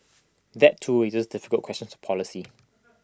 that too raises difficult questions of policy